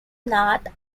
north